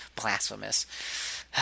Blasphemous